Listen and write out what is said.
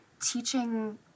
teaching